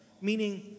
meaning